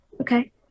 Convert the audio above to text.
Okay